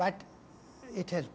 but it has